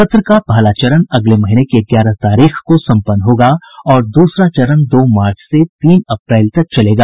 सत्र का पहला चरण अगले महीने की ग्यारह तारीख को संपन्न होगा और दूसरा चरण दो मार्च से तीन अप्रैल तक चलेगा